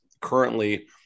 currently